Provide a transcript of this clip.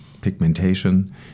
pigmentation